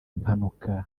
impanuka